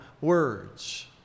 words